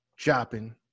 Shopping